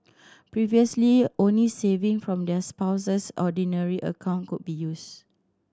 previously only saving from their Spouse's Ordinary account could be used